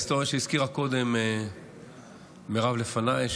ההיסטוריה שמירב הזכירה לפניי,